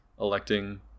electing